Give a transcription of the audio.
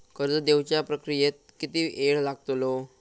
कर्ज देवच्या प्रक्रियेत किती येळ लागतलो?